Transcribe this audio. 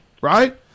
right